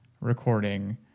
recording